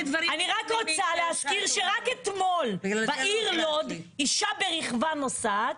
אני רוצה להזכיר שרק אתמול בעיר לוד אישה ברכבה נוסעת